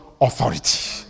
Authority